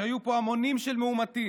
כשהיו פה המונים של מאומתים,